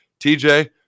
TJ